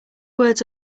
words